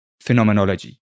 phenomenology